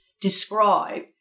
describe